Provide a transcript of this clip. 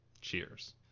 Cheers